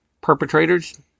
perpetrators